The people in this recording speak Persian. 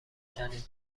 کردیم